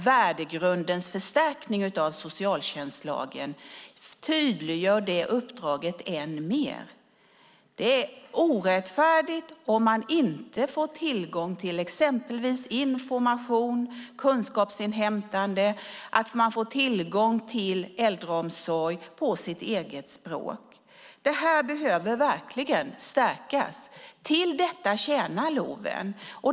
Värdegrundens förstärkning av socialtjänstlagen tydliggör det uppdraget än mer. Det är orättfärdigt om man inte får tillgång till exempelvis information, kunskapsinhämtande och äldreomsorg på sitt eget språk. Detta behöver verkligen stärkas, och till detta tjänar LOV.